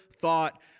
thought